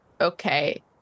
Okay